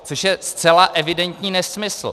Což je zcela evidentní nesmysl.